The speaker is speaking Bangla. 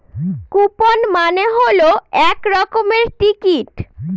কুপন মানে হল এক রকমের টিকিট